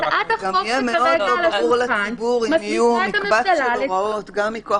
זה יהיה מאוד לא ברור לציבור אם יהיה מקבץ של הוראות גם מכוח